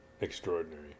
extraordinary